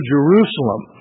Jerusalem